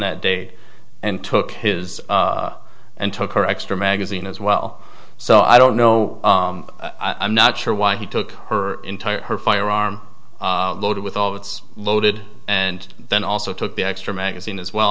that day and took his and took her extra magazine as well so i don't know i'm not sure why he took her entire her firearm loaded with all of it's loaded and then also took the extra magazine as well